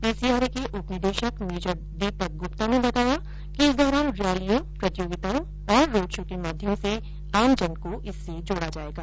PCRA के उप निदेशक मेजर दीपक गुप्ता ने बताया कि इस दौरान रैलियों प्रतियोगिताओं और रोड़ शो के माध्यम से आमजन को इससे जोड़ा जायेगा